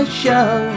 show